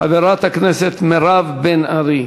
חברת הכנסת מירב בן ארי.